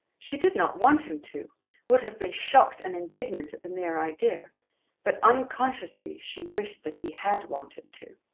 she did not want him to would have been shocked and indignant at the mere idea but, unconsciously, she wished that he had wanted to.